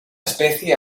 especie